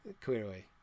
clearly